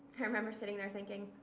i remember sitting there thinking,